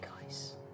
guys